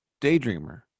Daydreamer